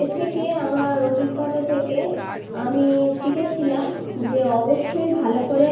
এ থেকে আমার অভিজ্ঞতা থেকে আমি শিখেছিলাম যে অবশ্যই ভালো করে